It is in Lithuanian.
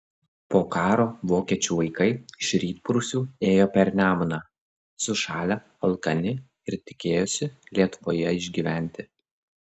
po karo vokiečių vaikai iš rytprūsių ėjo per nemuną sušalę alkani ir tikėjosi lietuvoje išgyventi